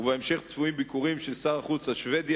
ובהמשך צפויים ביקורים של שר החוץ השבדי